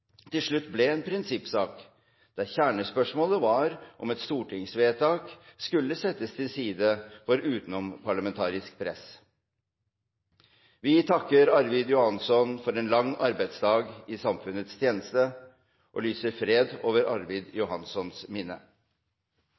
til slutt ble en prinsippsak, der kjernespørsmålet var om et stortingsvedtak skulle settes til side for utenomparlamentarisk press. Vi takker Arvid Johanson for en lang arbeidsdag i samfunnets tjeneste og lyser fred over hans minne.